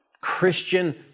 Christian